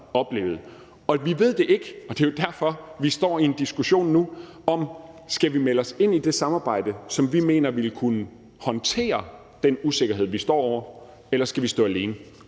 Vi ved det ikke, og det er jo derfor, vi nu står i en diskussion om, om vi skal melde os ind i det samarbejde, som vi mener vil kunne håndtere den usikkerhed, vi står over for, eller om vi skal stå alene.